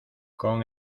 con